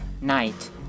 night